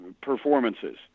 performances